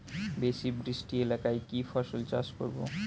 বেশি বৃষ্টি এলাকায় কি ফসল চাষ করব?